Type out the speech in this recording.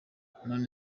none